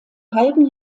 halben